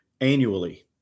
annually